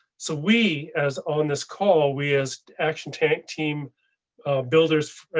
so we as on this call we as action tank, team builders,